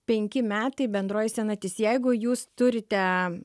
penki metai bendroji senatis jeigu jūs turite